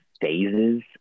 phases